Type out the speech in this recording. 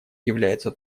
является